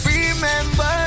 Remember